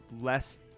less